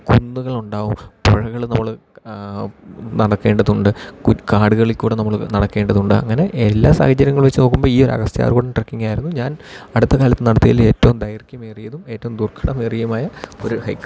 കുന്നുകളുണ്ടാവും പുഴകള് നമ്മള് നടക്കേണ്ടതുണ്ട് കു കാടുകളിൽ കൂടെ നമ്മള് നടക്കേണ്ടതുണ്ട് അങ്ങനെ എല്ലാ സാഹചര്യങ്ങളും വെച്ച് നോക്കുമ്പോൾ ഈ അഗസ്ത്യാർകൂടം ട്രക്കിങ്ങാരുന്നു ഞാൻ അടുത്ത കാലത്ത് നടത്തിയതിൽ ഏറ്റവും ദൈർഘ്യമേറിയതും ഏറ്റവും ദുർഘടമേറിയതുമായ ഒരു ഹൈക്ക്